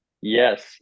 Yes